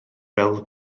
fel